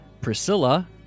Priscilla